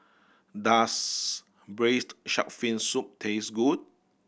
does Braised Shark Fin Soup taste good